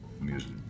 music